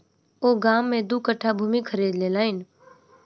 ओ गाम में दू कट्ठा भूमि खरीद लेलैन